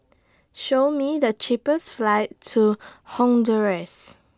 Show Me The cheapest flights to Honduras